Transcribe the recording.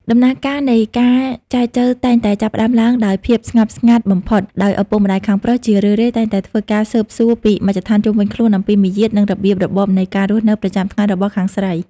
ដំណើរការនៃការចែចូវតែងតែចាប់ផ្ដើមឡើងដោយភាពស្ងប់ស្ងាត់បំផុត ដោយឪពុកម្ដាយខាងប្រុសជារឿយៗតែងតែធ្វើការស៊ើបសួរពីមជ្ឈដ្ឋានជុំវិញខ្លួនអំពីមាយាទ និងរបៀបរបបនៃការរស់នៅប្រចាំថ្ងៃរបស់ខាងស្រី។